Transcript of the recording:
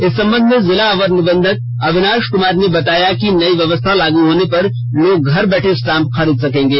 इस संबध में जिला अवर निबंधक अविनाश कुमार ने बताया है कि नई व्यवस्था लागू होने पर लोग घर बैठे स्टाम्प खरीद सकेंगे